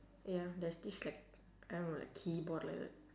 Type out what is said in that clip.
ya there's this like I don't know like keyboard like that